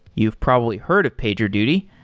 you've probably heard of pagerduty.